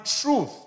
truth